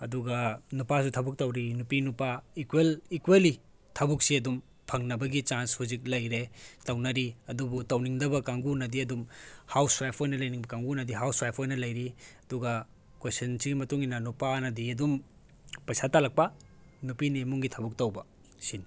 ꯑꯗꯨꯒ ꯅꯨꯄꯥꯁꯨ ꯊꯕꯛ ꯇꯧꯔꯤ ꯅꯨꯄꯤ ꯅꯨꯄꯥ ꯏꯀ꯭ꯋꯦꯜ ꯏꯀ꯭ꯋꯦꯜꯂꯤ ꯊꯕꯛꯁꯤ ꯑꯗꯨꯝ ꯐꯪꯅꯕꯒꯤ ꯆꯥꯟꯁ ꯍꯧꯖꯤꯛ ꯂꯩꯔꯦ ꯇꯧꯅꯔꯤ ꯑꯗꯨꯕꯨ ꯇꯧꯅꯤꯡꯗꯕ ꯀꯥꯡꯕꯨꯅꯗꯤ ꯑꯗꯨꯝ ꯍꯥꯎꯁ ꯋꯥꯏꯐ ꯑꯣꯏꯅ ꯂꯩꯅꯤꯡꯕ ꯀꯥꯡꯒꯨꯅꯗꯤ ꯍꯥꯎꯁ ꯋꯥꯏꯐ ꯑꯣꯏꯅ ꯂꯩꯔꯤ ꯑꯗꯨꯒ ꯀꯣꯏꯁꯤꯟꯁꯤꯒꯤ ꯃꯇꯨꯡ ꯏꯟꯅ ꯅꯨꯄꯥꯅꯗꯤ ꯑꯗꯨꯝ ꯄꯩꯁꯥ ꯇꯥꯜꯂꯛꯄ ꯅꯨꯄꯤꯅ ꯏꯃꯨꯡꯒꯤ ꯊꯕꯛ ꯇꯧꯕ ꯁꯤꯅꯤ